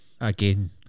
Again